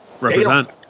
Represent